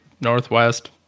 northwest